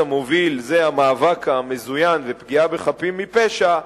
מוביל זה המאבק המזוין ופגיעה בחפים מפשע,